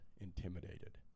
intimidated